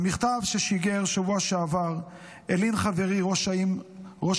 במכתב ששיגר בשבוע שעבר הלין חברי ראש